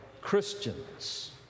Christians